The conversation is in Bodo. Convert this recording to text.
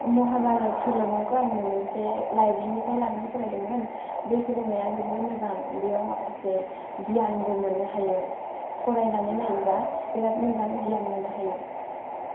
महाभारत सल'माखौ आं मोनसे लायब्रेरिनिफ्राय लांना फरायदोंमोन बे सल'माया जोबोत मोजां बेयाव माखासे गियानबो मोन्नो हायो फरायनानै नायोबा बिराथ मोजां गियान मोन्नो हायो